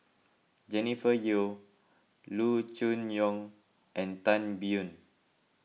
Jennifer Yeo Loo Choon Yong and Tan Biyun